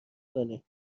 کنیم